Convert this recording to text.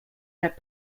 that